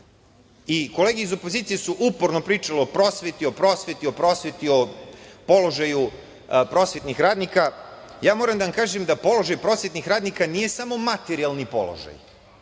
Kolege iz opozicije su uporno pričale o prosveti, o prosveti, o položaju prosvetnih radnika. Moram da vam kažem da položaj prosvetnih radnika nije samo materijalni položaj.